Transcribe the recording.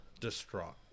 distraught